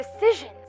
decisions